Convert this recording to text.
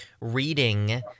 reading